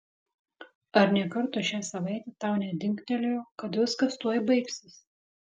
ar nė karto šią savaitę tau nedingtelėjo kad viskas tuoj baigsis